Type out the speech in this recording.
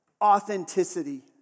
Authenticity